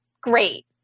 Great